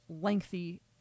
lengthy